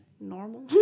normal